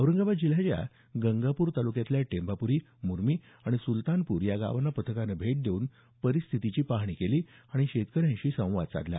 औरंगाबाद जिल्ह्याच्या गंगापूर तालुक्यातल्या टेंभापूरी मुरमी आणि सुलतानपूर या गावांना पथकानं भेट देऊन परिस्थितीची पाहणी केली आणि शेतकऱ्यांशी संवाद साधला